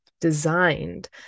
designed